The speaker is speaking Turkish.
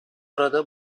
arada